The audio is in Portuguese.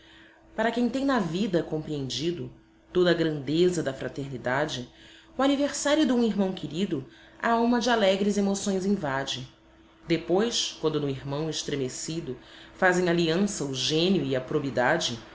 para quem tem na vida compreendido toda a grandeza da fraternidade o aniversário dum irmão querido a alma de alegres emoções invade depois quando no irmão estremecido fazem aliança o gênio e a probidade